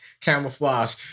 camouflage